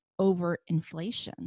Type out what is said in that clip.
overinflation